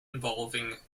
involving